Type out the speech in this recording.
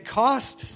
cost